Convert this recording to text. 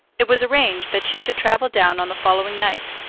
it was arranged that she should travel down on the following night,